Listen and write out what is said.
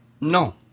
No